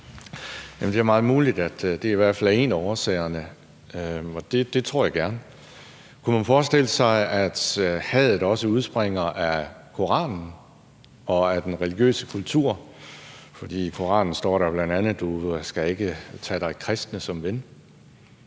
Det er meget muligt, at det i hvert fald er en af årsagerne, og det tror jeg gerne. Kunne man forestille sig, at hadet også udspringer af Koranen og af den religiøse kultur? For i Koranen står der bl.a.: Du skal ikke tage dig kristne som ven.